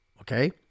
okay